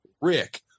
rick